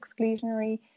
exclusionary